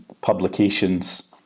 publications